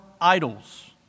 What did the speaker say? idols